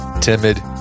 timid